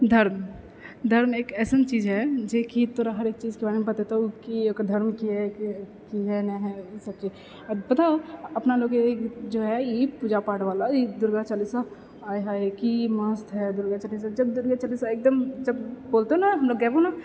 धर्म धर्म एक अइसन चीज हैय जे कि तोरा हरेक चीजके बारेमे बतेतौ कि ओकर धर्म की हैय की हैय नहि हैय आओर पता हउ अपना लोग जे हैय ई पूजापाठवला ई दुर्गा चालीसा आय हाय की मस्त हैय दुर्गा चालीसा जब दुर्गा चालीसा एकदम जब बोलतौ ने हमलोग गेबहो ने